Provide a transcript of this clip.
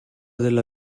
della